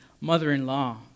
mother-in-law